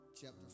chapter